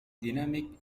dynamic